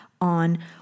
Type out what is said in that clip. on